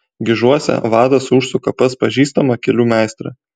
gižuose vadas užsuka pas pažįstamą kelių meistrą